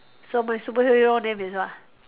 so my superhero name is what